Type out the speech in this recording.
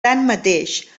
tanmateix